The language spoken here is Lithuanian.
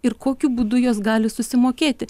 ir kokiu būdu jos gali susimokėti